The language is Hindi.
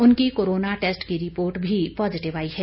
उनकी कोरोना टैस्ट की रिपोर्ट भी पॉजिटिव आई है